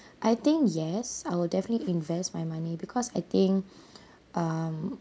I think yes I will definitely invest my money because I think um